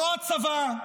לא הצבא,